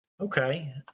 Okay